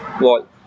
wall